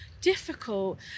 difficult